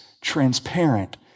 transparent